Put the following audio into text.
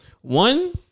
One